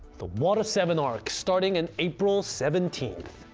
the water seven arc starting in april seventeenth.